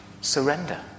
surrender